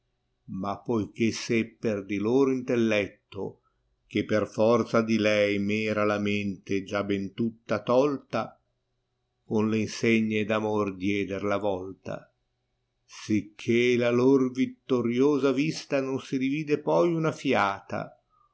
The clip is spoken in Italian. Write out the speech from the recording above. ma poiché sepper df loro intelletto che per forza di lei m era la mente già ben tutta tolta con le insegne d amor dieder la volta sicché la lor vittoriosa vista non si rivide poi una fiata